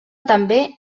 també